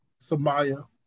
Samaya